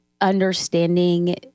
understanding